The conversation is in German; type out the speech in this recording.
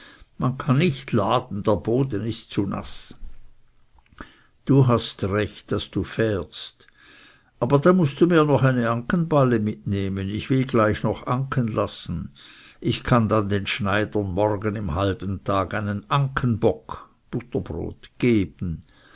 man kann nicht laden der boden ist zu naß du hast recht daß du fährst aber da mußt du mir doch eine ankenballe mitnehmen ich will gleich noch anken lassen ich kann dann den schneidern morgen im halben tag einen ankenbock geben